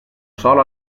sol